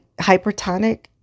hypertonic